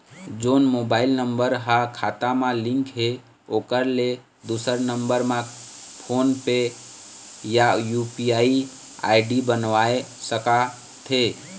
जोन mobile number हा खाता मा लिन्क हे ओकर ले दुसर नंबर मा फोन पे या यू.पी.आई आई.डी बनवाए सका थे?